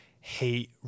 hate